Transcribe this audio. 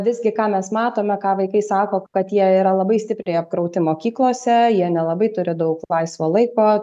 visgi ką mes matome ką vaikai sako kad jie yra labai stipriai apkrauti mokyklose jie nelabai turi daug laisvo laiko